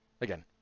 Again